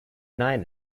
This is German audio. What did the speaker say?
nein